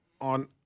on